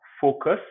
focus